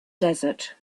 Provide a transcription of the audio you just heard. desert